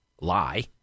lie